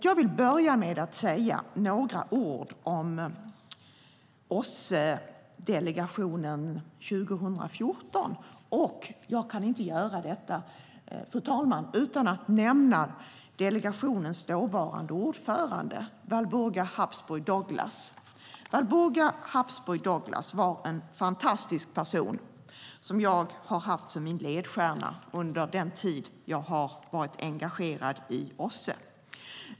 Jag vill börja med att säga några ord om OSSE-delegationen 2014. Jag kan inte göra detta utan att nämna delegationens dåvarande ordförande, Walburga Habsburg Douglas. Hon var en fantastisk person som jag har haft som min ledstjärna under den tid jag har varit engagerad i OSSE.